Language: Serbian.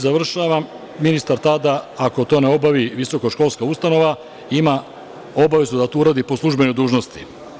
Završavam, ministar tada, ako to ne obavi visokoškolska ustanova, ima obavezu da to uradi po službenoj dužnosti.